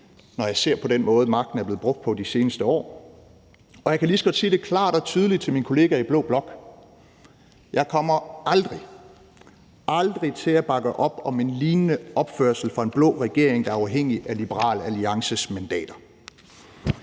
når jeg ser på den måde, magten er blevet brugt på de seneste år, og jeg kan lige så godt sige det klart og tydeligt til mine kolleger i blå blok: Jeg kommer aldrig, aldrig til at bakke op om en lignende opførsel fra en blå regerings side, der er afhængig af Liberal Alliances mandater.